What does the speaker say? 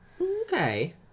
okay